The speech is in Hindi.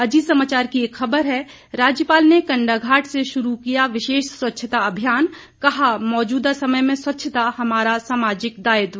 अजीत समाचार की एक अख़बर है राज्यपाल ने कंडाघाट से शुरू किया विशेष स्वच्छता अभियान कहा मौजूदा समय में स्वच्छता हमारा सामाजिक दायित्व